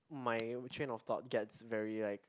my train of thought gets very like